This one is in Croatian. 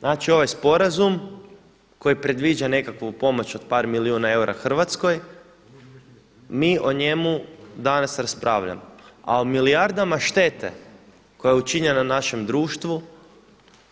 Znači ovaj sporazum koji predviđa nekakvu pomoć od par milijuna eura Hrvatskoj, mi o njemu danas raspravljamo, a o milijardama štete koja je učinjena našem društvu